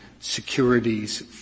securities